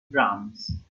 drums